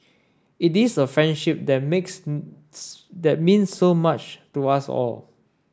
it is a friendship that makes that means so much to us all